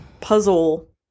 puzzle